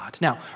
Now